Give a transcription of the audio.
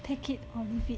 take it or leave it